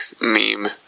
meme